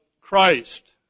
Christ